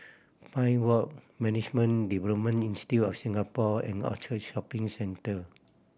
Pine Walk Management Development Institute of Singapore and Orchard Shopping Centre